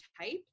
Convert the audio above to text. type